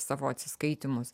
savo atsiskaitymus